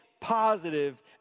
positive